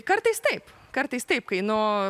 kartais taip kartais taip kai nu